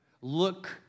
Look